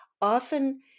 often